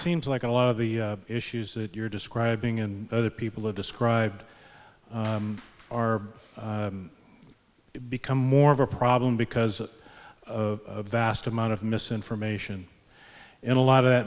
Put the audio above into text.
seems like a lot of the issues that you're describing and other people have described are become more of a problem because of vast amount of misinformation in a lot of